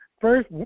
First